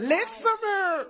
Listener